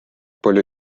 pole